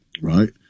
right